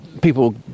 people